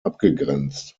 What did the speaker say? abgegrenzt